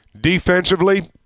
defensively